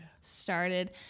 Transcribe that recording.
started